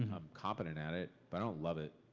i'm competent at it, but i don't love it.